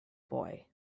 boy